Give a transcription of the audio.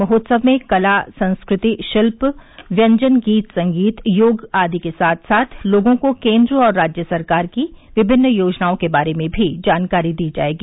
महोत्सव में कला संस्कृति शिल्प व्यंजन गीत संगीत योग आदि के साथ साथ लोगों को केंद्र और राज्य सरकार की विभिन्न योजनाओं के बारे में भी जानकारी दी जाएगी